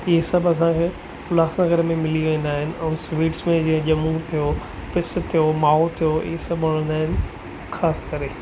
इहे सभु असांखे उल्हास नगर में मिली वेंदा आहिनि ऐं स्वीट्स में जीअं ॼमूं थियो पिसु थियो माओ थियो इहे सभु वणंदा आहिनि ख़ासि करे